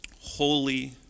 holy